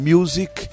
Music